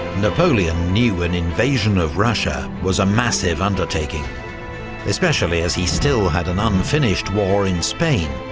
napoleon knew an invasion of russia was a massive undertaking especially as he still had an unfinished war in spain,